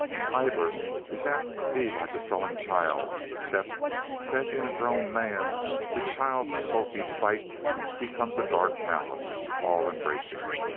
an idler is apt to be like a sullen child, except that in a grown man the child's sulky spite becomes a dark malice, all-embracing.